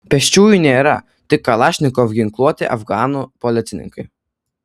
pėsčiųjų nėra tik kalašnikov ginkluoti afganų policininkai